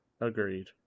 Agreed